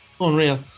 unreal